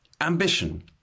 Ambition